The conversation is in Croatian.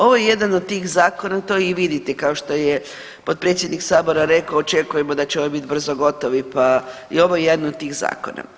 Ovo je jedan od tih zakona to i vidite kao što je potpredsjednik Sabora rekao očekujemo da će ovi biti brzo gotovi, pa je ovo jedno od tih zakona.